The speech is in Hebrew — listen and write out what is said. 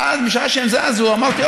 והם אכן זזו.